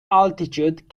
altitude